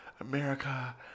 America